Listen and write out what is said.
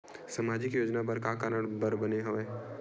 सामाजिक योजना का कारण बर बने हवे?